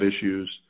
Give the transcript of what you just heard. issues